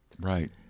Right